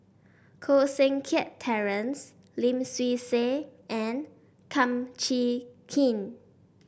Koh Seng Kiat Terence Lim Swee Say and Kum Chee Kin